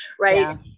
right